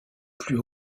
plus